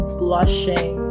blushing